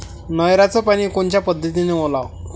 नयराचं पानी कोनच्या पद्धतीनं ओलाव?